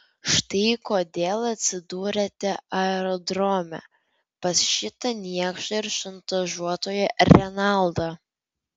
štai kodėl atsidūrėte aerodrome pas šitą niekšą ir šantažuotoją renaldą